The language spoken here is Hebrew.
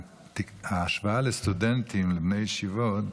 ההשוואה של סטודנטים לבני ישיבות,